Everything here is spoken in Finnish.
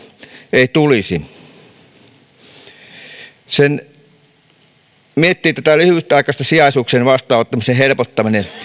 ei tulisi kun miettii tätä lyhytaikaisten sijaisuuksien vastaanottamisen helpottamista